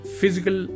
physical